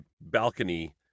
balcony